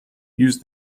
used